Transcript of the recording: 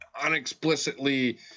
unexplicitly